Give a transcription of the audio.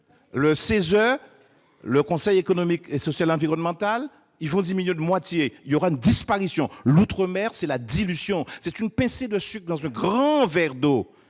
Quant au Conseil économique, social et environnemental, il diminuera de moitié, il y aura une disparition. Pour l'outre-mer, c'est la dilution, comme une pincée de sucre dans un grand verre d'eau